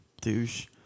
douche